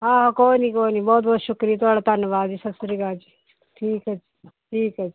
ਆਹ ਕੋਈ ਨਹੀਂ ਕੋਈ ਨਹੀਂ ਬਹੁਤ ਬਹੁਤ ਸ਼ੁਕਰੀਆ ਤੁਹਾਡਾ ਧੰਨਵਾਦ ਜੀ ਸਤਿ ਸ਼੍ਰੀ ਅਕਾਲ ਜੀ ਠੀਕ ਹੈ ਠੀਕ ਹੈ